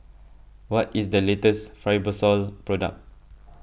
what is the latest Fibrosol product